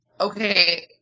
okay